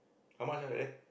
how much like that